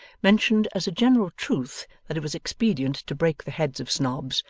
mentioned, as a general truth, that it was expedient to break the heads of snobs,